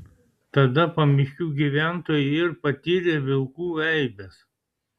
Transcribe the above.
tada pamiškių gyventojai ir patyrė vilkų eibes